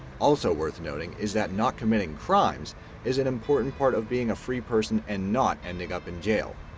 also worth noting is that not committing crimes is an important part of being a free person and not ending up in jail.